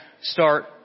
start